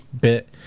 bit